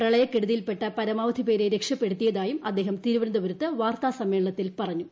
പ്രളയക്കെട്ടുതിയിൽപ്പെട്ട പരമാവധി പേരെ രക്ഷപ്പെടുത്തിയതായും അദ്ദേഹം തിരുല്പനന്തപുരത്ത് വാർത്താസമ്മേളനത്തിൽ പറഞ്ഞു